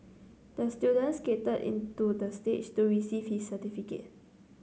the student skated into the stage to receive his certificate